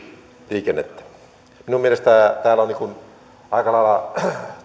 liikennettä minun mielestäni täällä on aika lailla